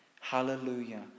Hallelujah